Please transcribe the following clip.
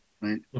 right